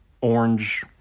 orange